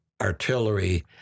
artillery